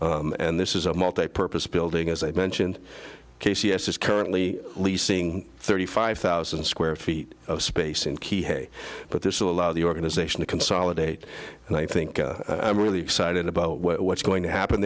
grade and this is a multipurpose building as i mentioned k c s is currently leasing thirty five thousand square feet of space in key hay but this will allow the organization to consolidate and i think i'm really excited about what's going to happen